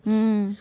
mm